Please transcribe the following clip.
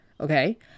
okay